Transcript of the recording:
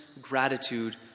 gratitude